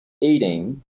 eating